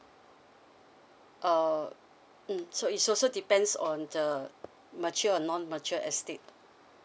oh so so is also depends on the mature or non mature estate